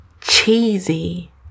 cheesy